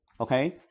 Okay